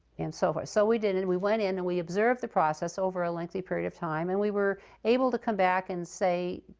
and so forth. so we did, and we went in, and we observed the process over a lengthy period of time, and we were able to come back and say,